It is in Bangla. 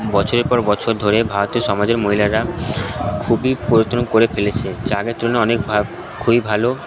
বছরের পর বছর ধরে ভারতীয় সমাজের মহিলারা খুবই করে ফেলেছে জন্য অনেক খুবই ভালো